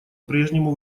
прежнему